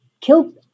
kill